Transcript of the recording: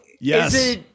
Yes